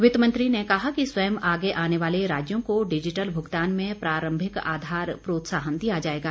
वित्त मंत्री ने कहा कि स्वयं आगे आने वाले राज्यों को डिजिटल भूगतान में प्रारंभिक आधार प्रोत्साहन दिया जायेगा